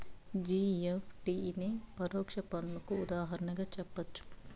GST నే పరోక్ష పన్నుకు ఉదాహరణగా జెప్పచ్చు